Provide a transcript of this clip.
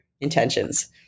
intentions